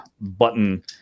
button